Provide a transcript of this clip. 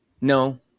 No